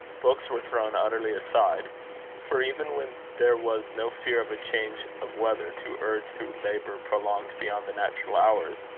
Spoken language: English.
books were thrown utterly aside for, even when there was no fear of a change of weather to urge to labour prolonged beyond the natural hours,